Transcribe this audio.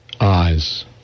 eyes